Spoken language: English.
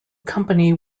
company